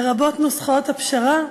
לרבות נוסחאות הפשרה,